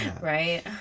Right